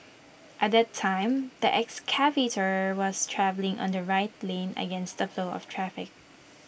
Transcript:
at that time the excavator was travelling on the right lane against the flow of traffic